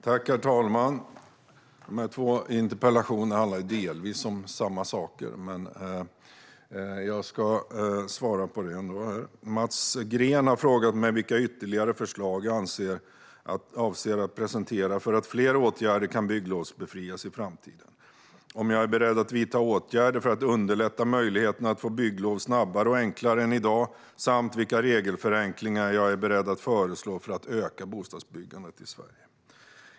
Herr talman! Dessa två interpellationer handlar delvis om samma saker, men jag ska svara ändå. Mats Green har frågat mig vilka ytterligare förslag jag avser att presentera för att fler åtgärder ska kunna bygglovsbefrias i framtiden, om jag är beredd att vidta åtgärder för att underlätta möjligheterna att få bygglov snabbare och enklare än i dag samt vilka regelförenklingar jag är beredd att föreslå för att öka bostadsbyggandet i Sverige.